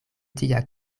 tia